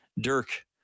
Dirk